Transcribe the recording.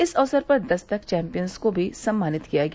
इस अवसर पर दस्तक चैम्पियंस को भी सम्मानित किया गया